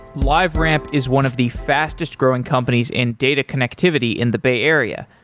liveramp is one of the fastest-growing companies in data connectivity in the bay area.